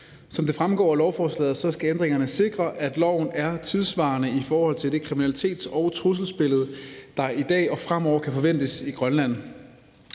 Som det fremgår af lovforslaget, skal ændringerne sikre, at loven er tidssvarende i forhold til det kriminalitets- og trusselsbillede, der i dag og fremover kan forventes i Grønland.